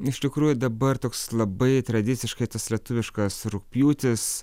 iš tikrųjų dabar toks labai tradiciškai tas lietuviškas rugpjūtis